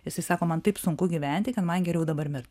jisai sako man taip sunku gyventi kad man geriau dabar mirti